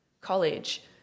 college